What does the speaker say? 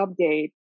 update